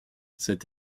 cet